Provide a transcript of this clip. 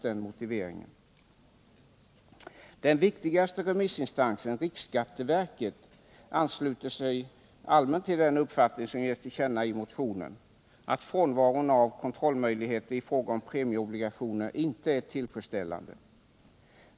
Den viktigaste remissinstansen, riksskatteverket, ansluter sig allmänt till den uppfattning som ges till känna i motionen att frånvaron av kontrollmöjligheter i fråga om premieobligationer inte är tillfredsställande.